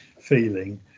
feeling